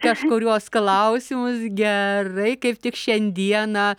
kažkuriuos klausimus gerai kaip tik šiandieną